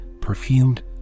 perfumed